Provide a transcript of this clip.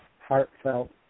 heartfelt